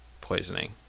poisoning